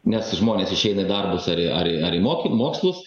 nes žmonės išeina į darbus ar į ar į ar į moky mokslus